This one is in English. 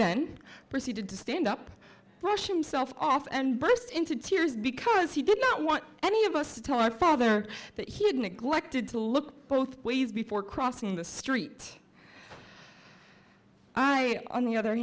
then proceeded to stand up rush him self off and burst into tears because he did not want any of us to tell my father that he had neglected to look both ways before crossing the street i on the other